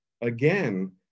again